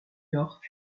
york